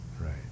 Right